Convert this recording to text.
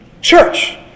Church